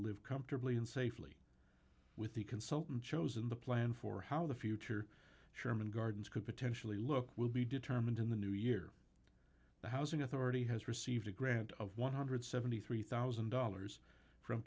live comfortably and safely with the consultant chosen the plan for how the future sherman gardens could potentially look will be determined in the new year the housing authority has received a grant of one hundred and seventy three thousand dollars from